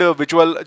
visual